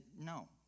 no